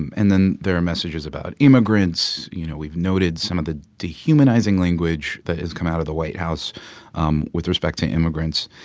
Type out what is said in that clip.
and then there are messages about immigrants. you know, we've noted some of the dehumanizing language that has come out of the white house um with respect to immigrants,